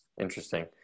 Interesting